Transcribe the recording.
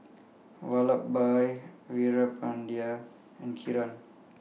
Vallabhbhai Veerapandiya and Kiran